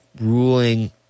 ruling